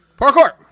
Parkour